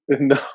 no